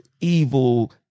evil